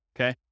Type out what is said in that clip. Okay